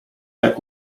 jak